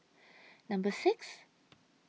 Number six